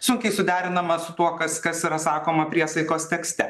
sunkiai suderinama su tuo kas kas yra sakoma priesaikos tekste